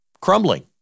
crumbling